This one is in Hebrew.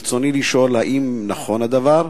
רצוני לשאול: 1. האם נכון הדבר?